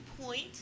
point